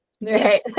right